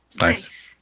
Nice